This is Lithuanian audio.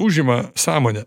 užima sąmonę